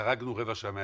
חרגנו רבע שעה מהדיון,